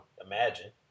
imagine